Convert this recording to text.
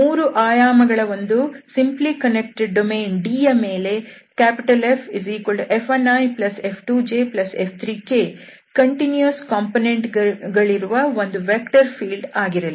ಮೂರು ಆಯಾಮಗಳ ಒಂದು ಸಿಂಪ್ಲಿ ಕನ್ನೆಕ್ಟೆಡ್ ಡೊಮೇನ್ D ಯ ಮೇಲೆ FF1iF2jF3k ಕಂಟಿನ್ಯೂಸ್ ಕಾಂಪೊನೆಂಟ್ ಗಳಿರುವ ಒಂದು ವೆಕ್ಟರ್ ಫೀಲ್ಡ್ ಆಗಿರಲಿ